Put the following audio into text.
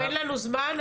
אין לנו זמן.